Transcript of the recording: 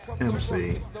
MC